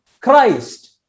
Christ